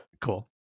cool